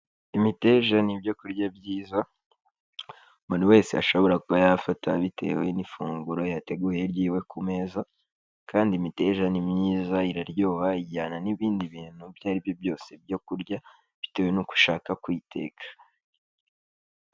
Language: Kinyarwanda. Imiteja ni ibyo kurya byiza umuntu wese ashobora kuba yafata bitewe n'ifunguro yateguye ryiwe ku meza kandi imiteja ni myiza iraryoha, ijyana n'ibindi bintu ibyo ari byo byose byo kurya bitewe n'uko ushaka kuyiteka.